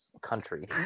country